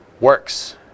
works